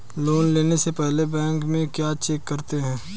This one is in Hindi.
लोन देने से पहले बैंक में क्या चेक करते हैं?